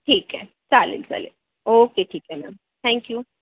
ठीक आहे चालेल चालेल ओके ठीक आहे मॅम थँक्यू